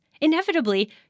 Inevitably